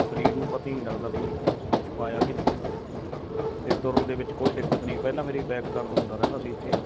ਸਰੀਰ ਨੂੰ ਪਤਾ ਹੀ ਨਹੀਂ ਲੱਗਦਾ ਵੀ ਕੁਛ ਪਾਇਆ ਕਿ ਨਹੀਂ ਅਤੇ ਤੁਰਨ ਦੇ ਵਿੱਚ ਕੋਈ ਦਿੱਕਤ ਨਹੀਂ ਪਹਿਲਾਂ ਮੇਰੀ ਬੈਕ ਦਰਦ ਹੁੰਦਾ ਰਹਿੰਦਾ ਸੀ ਇੱਥੇ